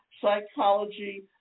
Psychology